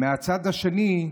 "מהצד השני",